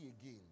again